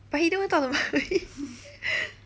but he don't even talk to mummy